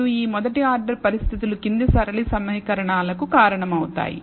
మరియు ఈ మొదటి ఆర్డర్ పరిస్థితులు కింది సరళ సమీకరణాల సమితికి కారణమవుతాయి